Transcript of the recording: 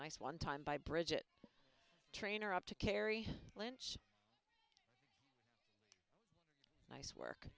nice one time by bridget trainer up to carrie clinch nice work